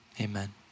amen